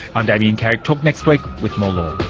i'm damien carrick, talk next week with more law